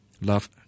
Love